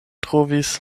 trovis